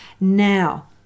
now